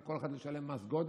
ועל כל אחד נשלם מס גודש?